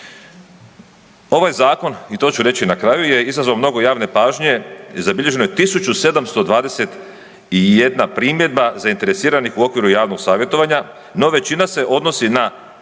Ovaj zakon i to ću reći na kraju je izazvao mnogo javne pažnje, zabilježeno je 1721 primjedba zainteresiranih u okviru javnog savjetovanja no većina se odnosi na